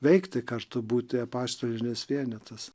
veikti kartu būti apaštalinis vienetas